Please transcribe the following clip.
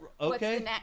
Okay